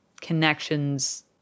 connections